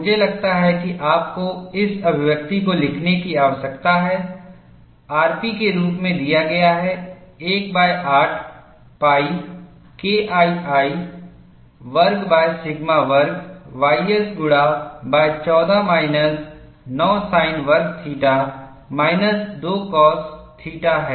मुझे लगता है कि आपको इस अभिव्यक्ति को लिखने की आवश्यकता है rp के रूप में दिया गया है 18 pi KII वर्ग सिग्मा वर्ग ys गुणा 14 माइनस 9 साइन वर्ग थीटा माइनस 2 कॉस थीटा है